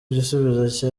gisubizo